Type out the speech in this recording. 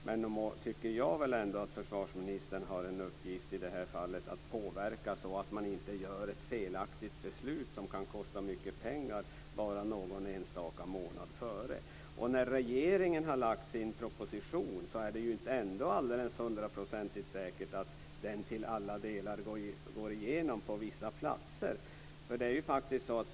Jag tycker nog att försvarsministern i det här fallet har en uppgift att påverka så att man inte tar ett felaktigt beslut som kan kosta mycket pengar; detta bara någon enstaka månad före ett riksdagsbeslut. Det är ju inte hundraprocentigt säkert att regeringens proposition, när denna väl har lagts fram, till alla delar går igenom. Det gäller då vissa platser.